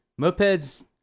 mopeds